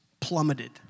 plummeted